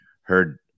heard